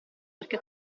perché